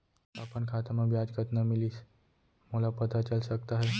का अपन खाता म ब्याज कतना मिलिस मोला पता चल सकता है?